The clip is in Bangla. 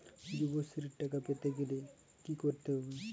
যুবশ্রীর টাকা পেতে গেলে কি করতে হবে?